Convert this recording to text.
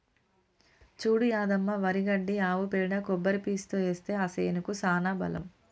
చూడు యాదమ్మ వరి గడ్డి ఆవు పేడ కొబ్బరి పీసుతో ఏస్తే ఆ సేనుకి సానా బలం